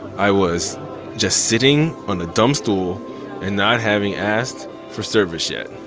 i was just sitting on a dumb stool and not having asked for service yet.